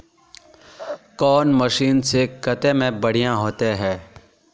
कौन मशीन से कते में बढ़िया होते है?